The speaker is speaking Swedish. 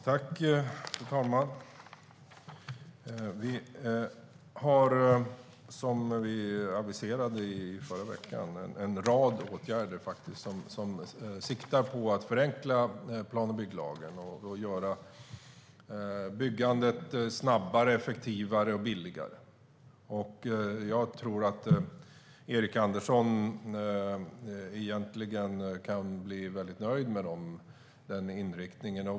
Fru talman! Som vi aviserade i förra veckan har vi en rad åtgärder som siktar på att förenkla plan och bygglagen för att göra byggandet snabbare, effektivare och billigare. Jag tror att Erik Andersson egentligen kan vara väldigt nöjd med den inriktningen.